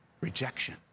Rejection